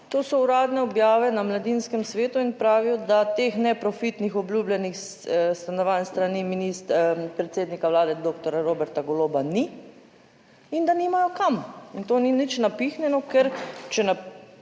to so uradne objave na Mladinskem svetu in pravijo, da teh neprofitnih obljubljenih stanovanj s strani predsednika Vlade doktorja Roberta Goloba ni in da nimajo kam in to ni nič napihnjeno, ker če